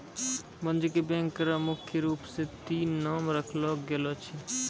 वाणिज्यिक बैंक र मुख्य रूप स तीन नाम राखलो गेलो छै